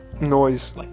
Noise